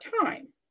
time